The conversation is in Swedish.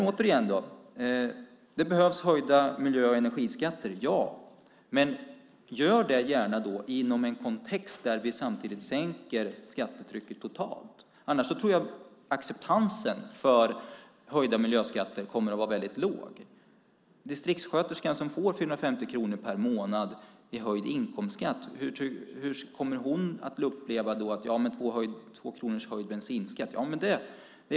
Återigen: Ja, det behövs höjda miljö och energiskatter. Men gör det gärna då inom en kontext där vi samtidigt sänker skattetrycket totalt! Annars tror jag att acceptansen för höjda miljöskatter kommer att vara väldigt låg. Hur kommer distriktssköterskan som får 450 kronor per månad i höjd inkomstskatt att uppleva en höjning av bensinskatten med 2 kronor?